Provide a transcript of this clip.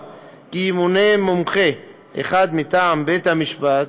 כי ימונה מומחה אחד מטעם בית-המשפט,